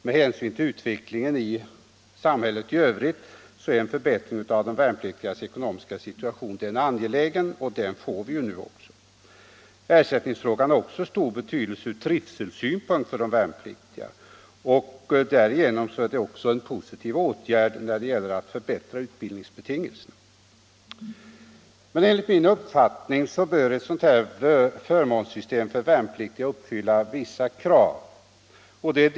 Med hänsyn till utvecklingen i samhället i övrigt är förbättringen av de värnpliktigas ekonomiska situation mycket angelägen. Ersättningsfrågan har också stor betydelse från trivselsynpunkt för de värnpliktiga. Därigenom innebär den också en positiv åtgärd när det gäller att förbättra utbildningsbetingelserna. Enligt min uppfattning bör ett förmånssystem för värnpliktiga uppfylla vissa krav.